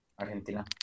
Argentina